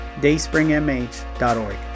dayspringmh.org